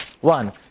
one